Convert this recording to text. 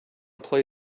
play